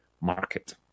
market